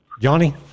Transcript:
Johnny